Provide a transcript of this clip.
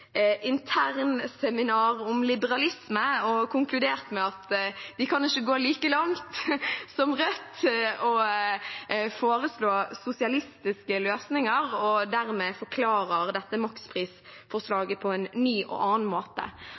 om liberalisme og konkludert med at de ikke kan gå like langt som Rødt og foreslå sosialistiske løsninger, og at de dermed forklarer dette maksprisforslaget på en ny og annen måte.